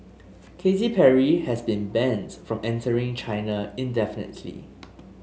Katy Perry has been banned from entering China indefinitely